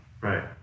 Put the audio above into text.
Right